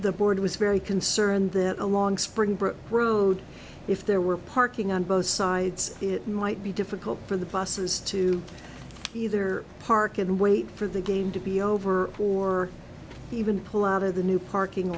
the board was very concerned that along springbrook road if there were parking on both sides it might be difficult for the buses to either park and wait for the game to be over or even pull out of the new parking